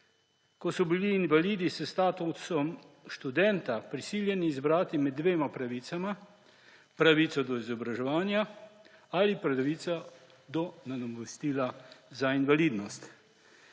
ko so bili invalidi s statusom študenta prisiljeni izbrati med dvema pravicama, pravico do izobraževanja ali pravico do nadomestila za invalidnost.